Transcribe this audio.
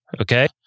okay